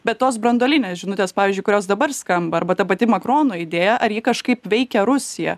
bet tos branduolinės žinutės pavyzdžiui kurios dabar skamba arba ta pati makrono idėja ar ji kažkaip veikia rusiją